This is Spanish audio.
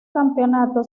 campeonato